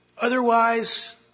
Otherwise